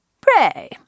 Pray